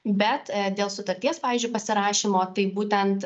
bet dėl sutarties pavyzdžiui pasirašymo tai būtent